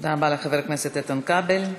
תודה רבה לחבר הכנסת איתן כבל.